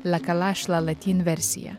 lekalašlalatin versiją